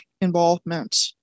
involvement